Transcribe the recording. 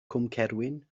cwmcerwyn